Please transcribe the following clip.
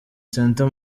center